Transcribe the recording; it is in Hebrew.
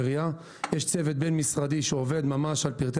צוות בין-משרדי שעובד ממש על פרטי